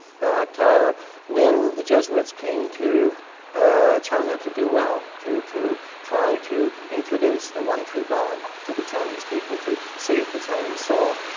that when the jesuits came to ah china to do well, to to try to introduce the one true god to the chinese people to save the chinese soul,